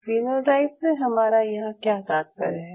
phenotype से हमारा यहाँ क्या तात्पर्य है